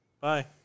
bye